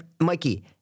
Mikey